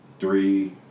Three